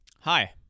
hi